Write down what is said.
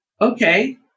okay